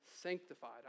sanctified